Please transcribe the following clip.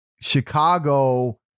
Chicago